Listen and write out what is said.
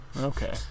Okay